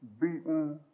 beaten